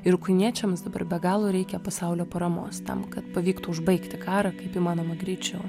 ir ukrainiečiams dabar be galo reikia pasaulio paramos tam kad pavyktų užbaigti karą kaip įmanoma greičiau